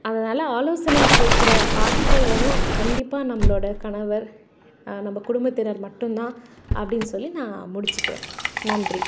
அதனாலே ஆலோசனை கேட்குற ஆட்கள் வந்து கண்டிப்பாக நம்மளோட கணவர் நம்ப குடும்பத்தினர் மட்டும்தான் அப்படின்னு சொல்லி நான் முடிச்சுக்கிறேன் நன்றி